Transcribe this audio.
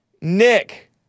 Nick